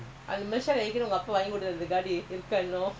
first